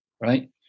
right